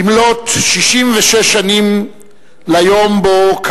במלאות 66 שנים ליום שבו